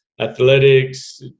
athletics